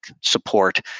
support